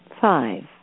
Five